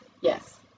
yes